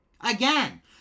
Again